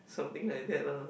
something like that lah